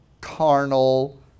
carnal